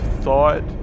thought